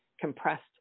compressed